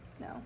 No